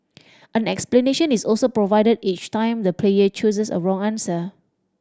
an explanation is also provided each time the player chooses a wrong answer